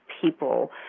people